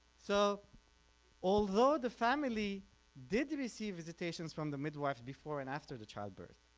so although the family did receive visitations from the midwife before and after the childbirth,